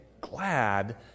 glad